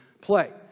play